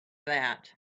that